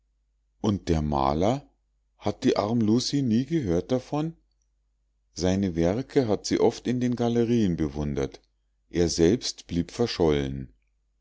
und der maler hat die arm lucie nie gehört davon seine werke hat sie oft in den galerien bewundert er selbst blieb verschollen